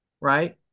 right